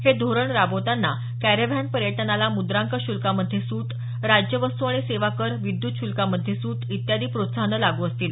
हे धोरण राबवताना कॅरॅव्हॅन पर्यटनाला मुद्रांक शुल्कामध्ये सूट राज्य वस्तू आणि सेवा कर विद्युत शुल्कामध्ये सूट इत्यादी प्रोत्साहनं लागू असतील